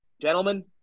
gentlemen